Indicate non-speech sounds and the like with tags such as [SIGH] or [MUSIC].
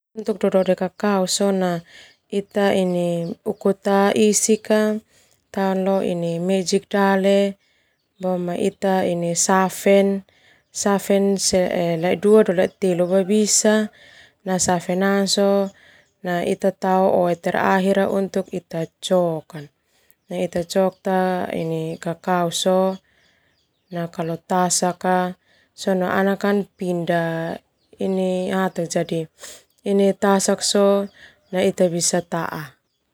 Untuk dodoe kakau sona ita uku ta isik ka tao lo mejik dale boma basa sona ita safe [UNINTELLIGIBLE] isik basa sona cok kan ini leo losa tasak so na eta bisa taa.